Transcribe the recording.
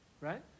right